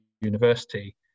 university